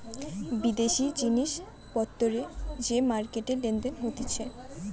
বিদেশি জিনিস পত্তর যে মার্কেটে লেনদেন হতিছে